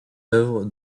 œuvre